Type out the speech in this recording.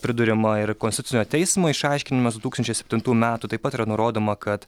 priduriama ir konstitucinio teismo išaiškinimas du tūkstančiai septintų metų taip pat yra nurodoma kad